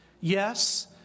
Yes